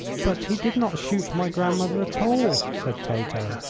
but he did not shoot my grandmother at all, said tato,